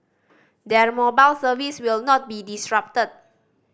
their mobile service will not be disrupted